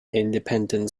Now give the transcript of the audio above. independent